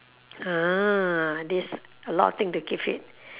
!huh! this a lot of things to keep fit